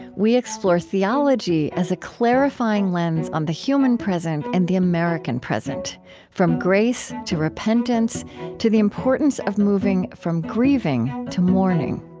we explore theology as a clarifying lens on the human present and the american present from grace to repentance to the importance of moving from grieving to mourning